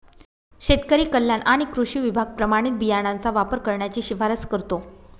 शेतकरी कल्याण आणि कृषी विभाग प्रमाणित बियाणांचा वापर करण्याची शिफारस करतो